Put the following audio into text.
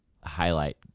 highlight